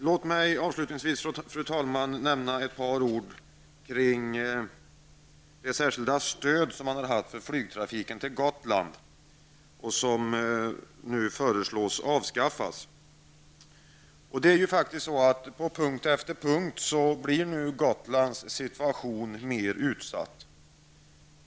Låt mig avslutningsvis, fru talman, säga några ord det särskilda stöd som man har haft för flygtrafiken till Gotland, och som nu föreslås bli avskaffat. På punkt efter punkt blir nu Gotlands situation mer utsatt.